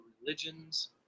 religions